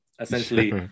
essentially